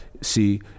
see